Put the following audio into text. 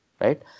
right